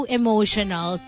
emotional